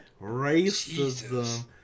Racism